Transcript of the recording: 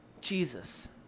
Jesus